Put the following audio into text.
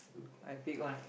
I pick one